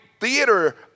theater